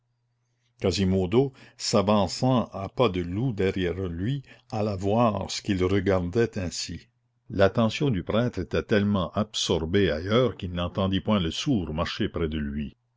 quasimodo s'avançant à pas de loup derrière lui alla voir ce qu'il regardait ainsi l'attention du prêtre était tellement absorbée ailleurs qu'il n'entendit point le sourd marcher près de lui